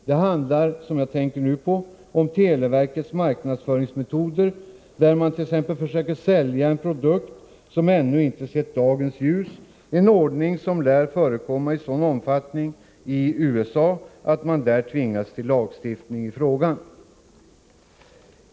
Det exempel jag nu tänker på är televerkets marknadsföringsmetoder. Verket försöker bl.a. sälja en produkt som ännu inte sett dagens ljus — en ordning som i USA lär förekomma i en sådan omfattning att man där tvingats till lagstiftning i frågan.